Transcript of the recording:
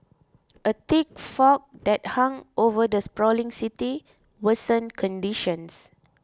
a thick fog that hung over the sprawling city worsened conditions